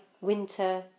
winter